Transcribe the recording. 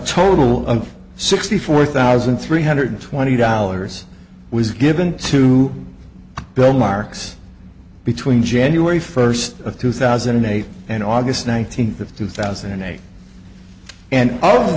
total of sixty four thousand three hundred twenty dollars was given to bill marks between january first of two thousand and eight and august nineteenth of two thousand and eight and all of